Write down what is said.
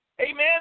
Amen